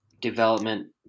development